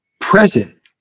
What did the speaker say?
present